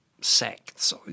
sects